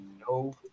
No